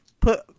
Put